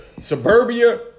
suburbia